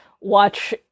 watch